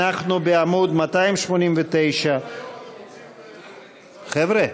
אנחנו בעמוד 289. חבר'ה,